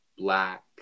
Black